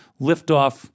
liftoff